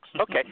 Okay